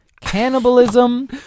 cannibalism